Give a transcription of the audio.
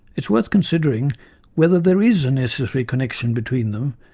is worth considering whether there is a necessary connection between them,